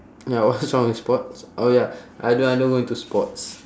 ya what's wrong with sports oh ya I don't I don't go into sports